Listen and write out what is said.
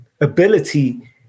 ability